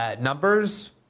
numbers